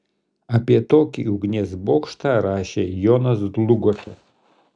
apie tokį ugnies bokštą rašė jonas dlugošas